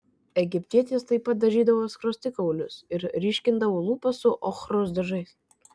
egiptietės taip pat dažydavo skruostikaulius ir ryškindavo lūpas su ochros dažais